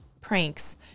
pranks